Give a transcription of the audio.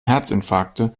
herzinfarkte